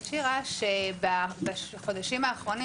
את שירה שבחודשים האחרונים,